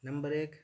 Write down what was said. number ایک